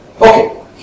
Okay